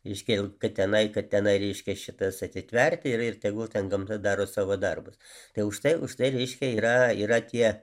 reiškia kad tenai kad tenai reiškia šitas atitverti ir ir tegul ten gamta daro savo darbus tai užtai užtai reiškia yra yra tie